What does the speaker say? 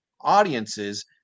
audiences